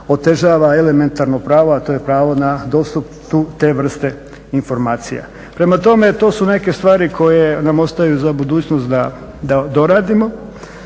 otežava elementarno pravo, a to je pravo na dostupnu te vrste informacija. Prema tome, to su neke stvari koje nam ostaju za budućnost da doradimo